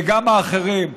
וגם האחרים.